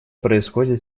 происходит